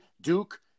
Duke